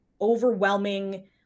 overwhelming